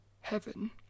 heaven